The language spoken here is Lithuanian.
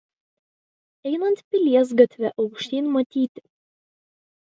einant pilies gatve aukštyn matyti